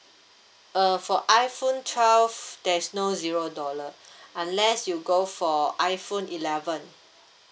uh for iphone twelve there's no zero dollar unless you go for iphone eleven